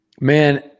Man